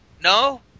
No